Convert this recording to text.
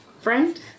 friend